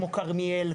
כמו כרמיאל,